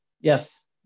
Yes